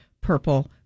purple